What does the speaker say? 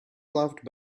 laughed